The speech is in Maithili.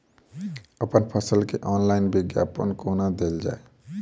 अप्पन फसल केँ ऑनलाइन विज्ञापन कोना देल जाए?